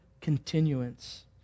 continuance